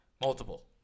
multiple